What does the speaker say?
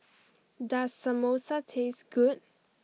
does Samosa taste good